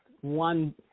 one